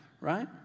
right